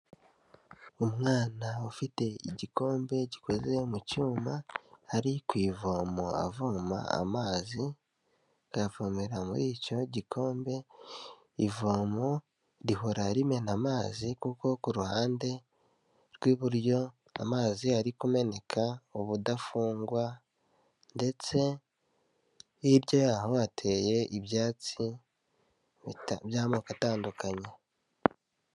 Umwana ufite igikombe gikoze mu cyuma, ari ku ivomo avoma amazi, aravomera muri icyo gikombe, ivomo rihora rimena amazi kuko ku ruhande rw'iburyo amazi ari kumeneka ubudafungwa. Ndetse hirya yaho hateye ibyatsi by'amoko atandukanye.